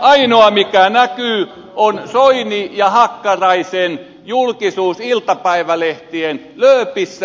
ainoa mikä näkyy on soinin ja hakkaraisen julkisuus iltapäivälehtien lööpissä